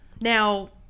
now